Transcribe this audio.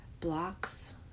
blocks